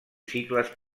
cicles